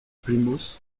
plymouth